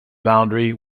boundary